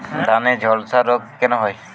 ধানে ঝলসা রোগ কেন হয়?